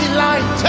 light